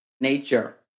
nature